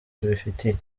tubifitiye